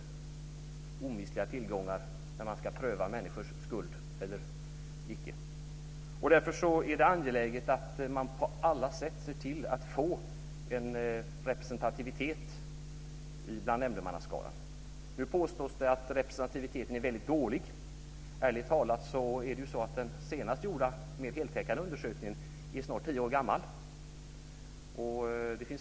Det är omistliga tillgångar när man ska pröva människors skuld. Därför är det angeläget att man på alla sätt ser till att få en representativitet i nämndemannaskaran. Nu påstås det att representativiteten är mycket dålig. Ärligt talat är den senast gjorda mer heltäckande undersökningen snart tio år gammal.